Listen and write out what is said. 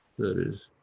that is